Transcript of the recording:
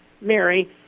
Mary